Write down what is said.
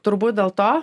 turbūt dėl to